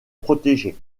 protégé